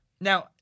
Now